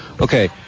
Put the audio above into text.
Okay